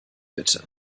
bitte